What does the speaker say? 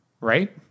right